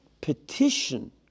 petition